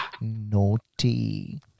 Naughty